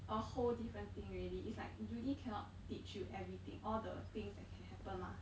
a whole different thing already it's like uni cannot teach you everything all the things that can happen mah